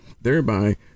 thereby